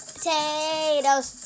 Potatoes